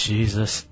Jesus